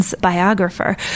biographer